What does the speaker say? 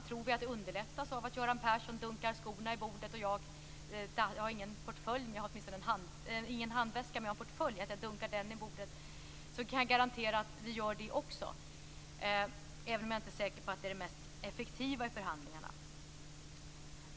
Tror vi att det underlättar om Göran Persson dunkar skorna i bordet och jag portföljen - jag har ingen handväska - kan jag garantera att vi gör det också, även om jag inte är säker på att detta är det mest effektiva i förhandlingarna.